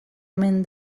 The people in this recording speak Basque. omen